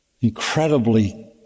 incredibly